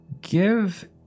Give